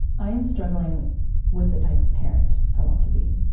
i am struggling with the type of parent i want to be.